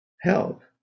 help